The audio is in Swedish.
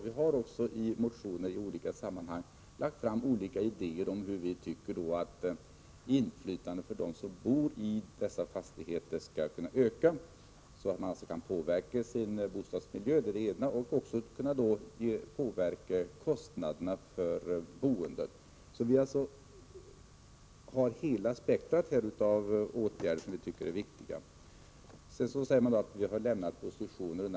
Vi har i motioner lagt fram förslag om olika idéer om hur inflytandet för dem som bor i dessa fastigheter skall kunna öka så att de kan påverka sin bostadsmiljö och även påverka kostnaderna för boendet. Vi har alltså ett helt spektrum av åtgärder som vi tycker är viktiga. Det sägs att vi har lämnat våra gamla positioner.